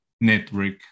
network